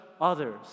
others